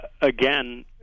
again